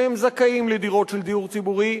שהם זכאים לדירות של דיור ציבורי,